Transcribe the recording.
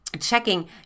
checking